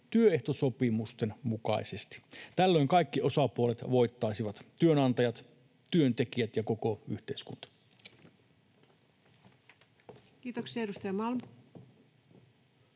työehtosopimusten mukaisesti. Tällöin kaikki osapuolet voittaisivat: työnantajat, työntekijät ja koko yhteiskunta. Kiitoksia. — Edustaja Malm.